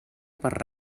per